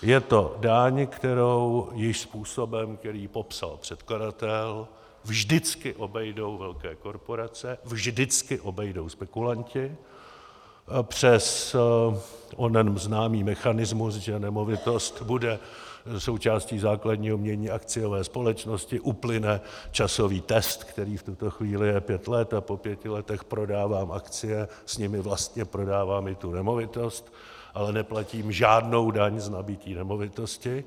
Je to daň, kterou způsobem, který již popsal předkladatel, vždycky obejdou velké korporace, vždycky obejdou spekulanti, přes onen známý mechanismus, že nemovitost bude součástí základního jmění akciové společnosti, uplyne časový test, který v tuto chvíli je pět let, a po pěti letech prodávám akcie, s nimi vlastně prodávám i tu nemovitost, ale neplatím žádnou daň z nabytí nemovitosti.